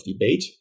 debate